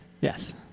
Yes